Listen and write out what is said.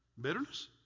bitterness